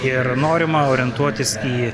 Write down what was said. ir norima orientuotis į